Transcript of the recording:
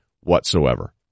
whatsoever